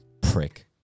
prick